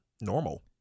normal